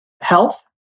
Health